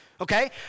okay